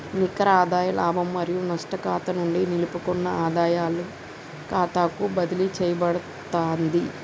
నికర ఆదాయ లాభం మరియు నష్టం ఖాతా నుండి నిలుపుకున్న ఆదాయాల ఖాతాకు బదిలీ చేయబడతాంది